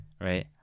right